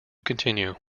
continue